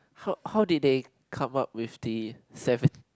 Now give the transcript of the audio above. ho~ how did they come up with the seven